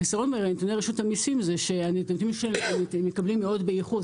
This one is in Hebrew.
החיסרון בנתוני רשות המסים זה שהם מתקבלים מאוד באיחור,